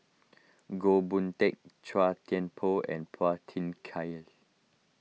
Goh Boon Teck Chua Thian Poh and Phua Thin Kiay